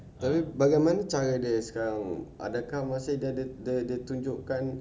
tapi bagaimana cara dia sekarang adakah masih dia ada dia ada tunjukkan